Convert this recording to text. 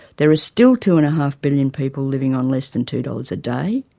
there are still two and a half billion people living on less than two dollars a day,